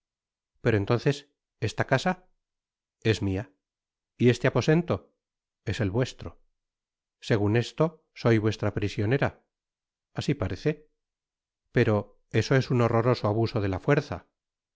pero entonces esta casa es mia y este aposento es el vuestro segun esto soy vuestra prisionera asi parece pero eso es un horroroso abuso de la fuerza